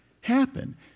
happen